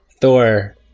thor